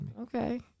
Okay